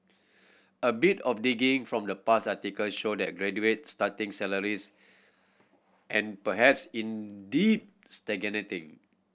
a bit of digging from the past article show that graduates starting salaries and perhaps indeed stagnating